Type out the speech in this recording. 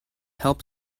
help